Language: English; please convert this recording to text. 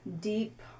deep